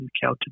counted